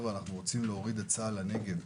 אנחנו רוצים להוריד את צה"ל לנגב,